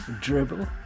Dribble